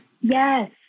yes